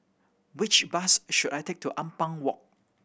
which bus should I take to Ampang Walk